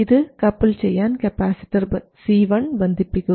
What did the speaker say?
ഇത് കപ്പിൾ ചെയ്യാൻ capacitor C1 ബന്ധിപ്പിക്കുക